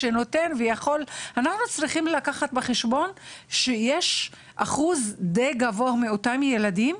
אנחנו צריכים לקחת בחשבון שיש אחוז די גבוה מאותם ילדים,